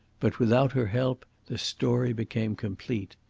but without her help the story became complete.